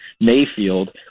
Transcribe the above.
Mayfield